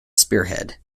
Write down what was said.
spearhead